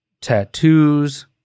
tattoos